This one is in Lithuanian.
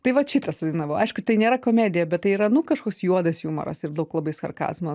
tai vat šitą sudainavau aišku tai nėra komedija bet tai yra nu kažkoks juodas jumoras ir daug labai sarkazmo